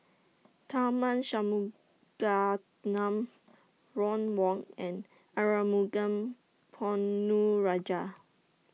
Tharman Shanmugaratnam Ron Wong and Arumugam Ponnu Rajah